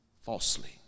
falsely